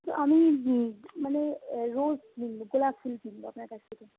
তো আমি মানে রোজ কিনবো গোলাপ ফুল কিনবো আপনার কাছ থেকে